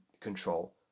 control